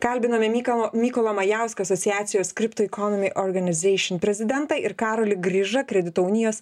kalbiname mykalo mykolo majausko asociacijos crypto economy organisation prezidentą ir karolį grižą kredito unijos